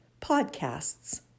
Podcasts